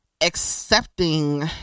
accepting